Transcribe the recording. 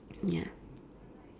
ya